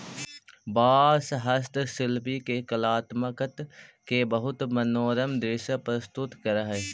बाँस हस्तशिल्पि के कलात्मकत के बहुत मनोरम दृश्य प्रस्तुत करऽ हई